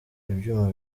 ibyuma